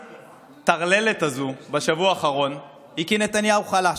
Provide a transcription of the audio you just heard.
בטרללת הזו בשבוע האחרון היא כי נתניהו חלש,